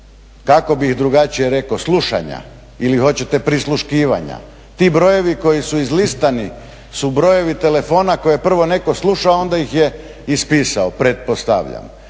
kako bih drugačije rekao slušanja ili hoćete prisluškivanja. Ti brojevi koji su izlistani su brojevi telefona koje prvo netko sluša a onda ih je ispisao pretpostavljam.